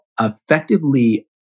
effectively